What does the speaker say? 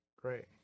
Great